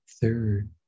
third